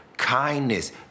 kindness